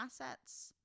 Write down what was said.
assets